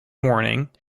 morning